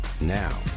Now